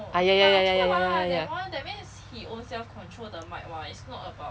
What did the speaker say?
ah ya ya ya ya ya ya ya ya ya